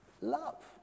Love